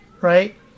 right